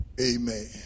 Amen